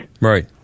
right